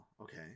Okay